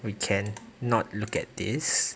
we can not look at this